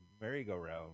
merry-go-round